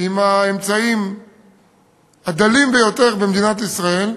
עם האמצעים הדלים ביותר במדינת ישראל,